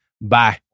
Bye